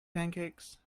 pancakes